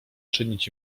czynić